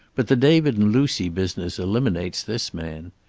but the david and lucy business eliminates this man.